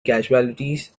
casualties